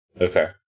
Okay